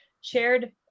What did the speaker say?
shared